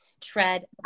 tread